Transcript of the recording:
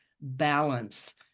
balance